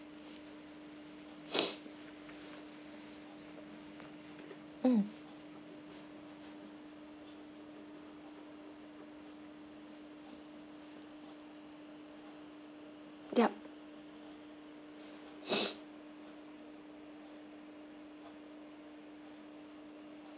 mm yup